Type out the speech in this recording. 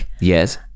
yes